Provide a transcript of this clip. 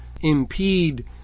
impede